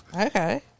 Okay